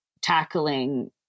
tackling